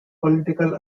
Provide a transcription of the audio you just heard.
political